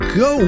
go